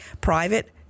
private